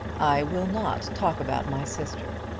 i will not talk about my sister.